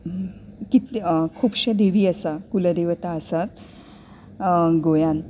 कितले खुबशें देवी आसा कुलदेवता आसात गोंयांत